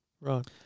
Right